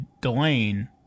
Delane